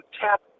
tap